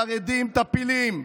חרדים טפילים,